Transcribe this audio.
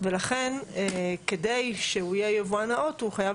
לכן כדי שהוא יהיה יבואן נאות הוא חייב